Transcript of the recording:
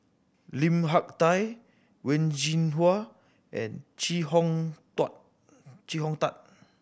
Lim Hak Tai Wen Jinhua and Chee Hong Chee Hong Tat